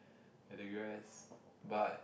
I digress but